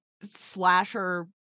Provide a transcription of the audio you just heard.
slasher